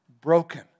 broken